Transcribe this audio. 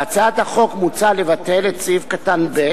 בהצעת החוק מוצע לבטל את סעיף קטן (ב)